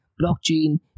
Blockchain